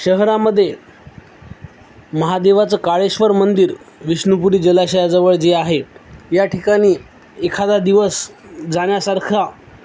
शहरामध्ये महादेवाचं काळेश्वर मंदिर विष्णुपुरी जलाशयाजवळ जे आहे या ठिकाणी एखादा दिवस जाण्यासारखा